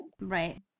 right